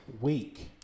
week